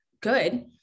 good